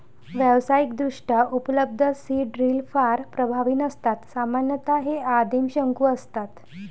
व्यावसायिकदृष्ट्या उपलब्ध seed drill फार प्रभावी नसतात सामान्यतः हे आदिम शंकू असतात